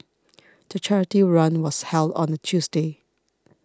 the charity run was held on a Tuesday